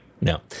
No